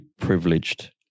privileged